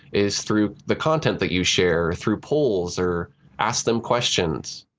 is through the content that you share through polls or ask them questions.